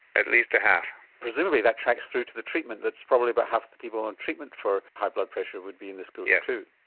at least a half. presumably that tracks through to the treatment that's probably about half the people on treatment for high blood pressure would be in this group yeah too.